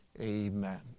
amen